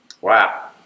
Wow